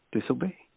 disobey